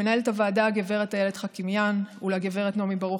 למנהלת הוועדה הגב' איילת חכימיאן ולגב' נעמי ברוך,